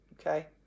okay